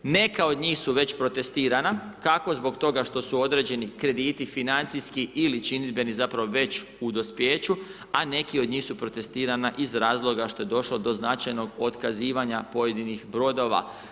Neka od njih su već protestirana, kako zbog toga što su određeni krediti, financijski ili činidbeni zapravo već u dospijeću, a neki od njih su i protestirana iz razloga što je došlo do značajnog otkazivanja pojedinih brodova.